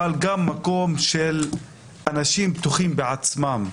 אבל גם ממקום של אנשים שבטוחים בעצמם,